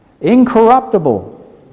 incorruptible